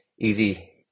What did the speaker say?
Easy